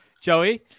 Joey